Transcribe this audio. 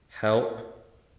help